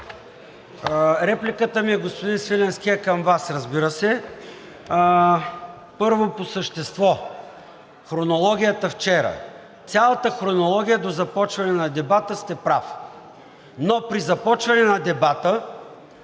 Репликата ми, господин Свиленски, е към Вас, разбира се. Първо, по същество. Хронологията вчера. Цялата хронология до започване на дебата сте прав, но при започване на дебата